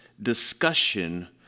discussion